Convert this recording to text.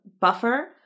buffer